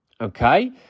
okay